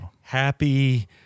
Happy